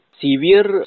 severe